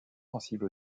sensible